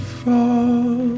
fall